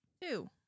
Two